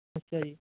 ਅੱਛਾ ਜੀ